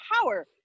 power